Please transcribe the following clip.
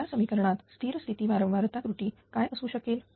या समीकरणात स्थिर स्थिती वारंवारता त्रुटी काय असू शकेल